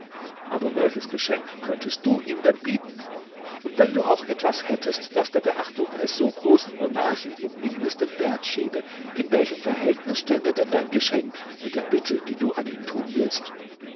aber welches geschenk könntest du ihm denn bieten und wenn du auch etwas hättest das der beachtung eines so großen monarchen im mindesten wert schiene in welchem verhältnis stände dann dein geschenk mit der bitte die du an ihn tun willst